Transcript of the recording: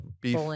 beef